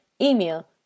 email